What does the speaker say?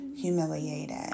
humiliated